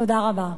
תודה רבה.